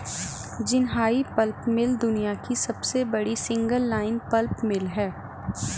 Jinhai pulp mill दुनिया की सबसे बड़ी सिंगल लाइन पल्प मिल है